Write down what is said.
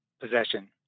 possession